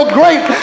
great